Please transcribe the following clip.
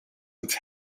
its